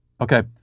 Okay